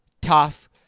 Tough